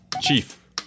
Chief